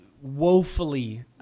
woefully